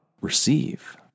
receive